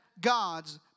God's